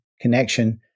connection